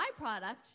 byproduct